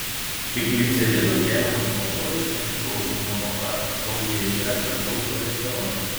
trigliceridų keliamas pavojus nepriklauso nuo to ar kraujyje yra per daug cholesterolio